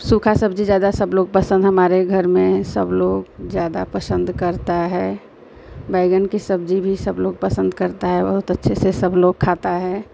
सूखी सब्ज़ी ज़्यादा सबलोग पसन्द हमारे घर में सबलोग ज़्यादा पसन्द करता है बैगन की सब्ज़ी भी सबलोग पसन्द करता है बहुत अच्छे से सबलोग खाता है